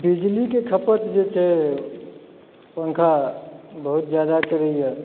बिजलीके खपत जे छै पङ्खा बहुत जादा करैए